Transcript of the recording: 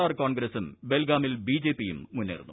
R കോൺഗ്രസ്സും ബെൽഗാമിൽ B J P യും മുന്നേറുന്നു